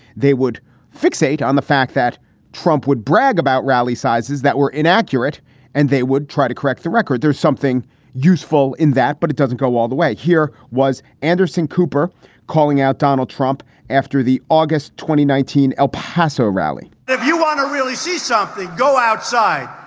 they would fixate on the fact that trump would brag about rally sizes that were inaccurate and they would try to correct the record. there's something useful in that, but it doesn't go all the way. here was anderson cooper calling out donald trump after the aug. twenty nineteen el paso rally if you want to really see something, go outside.